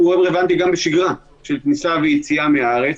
הוא יכול לפזר כסף --- מה אכפת לו?